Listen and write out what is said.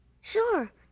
Sure